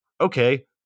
okay